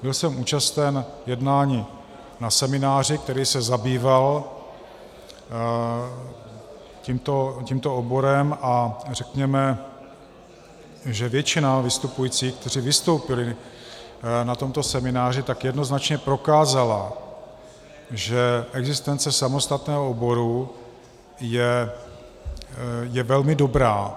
Byl jsem účasten jednání na semináři, který se zabýval tímto oborem, a řekněme, že většina vystupujících, kteří vystoupili na tomto semináři, jednoznačně prokázala, že existence samostatného oboru je velmi dobrá.